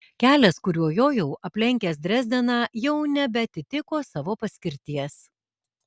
kelias kuriuo jojau aplenkęs drezdeną jau nebeatitiko savo paskirties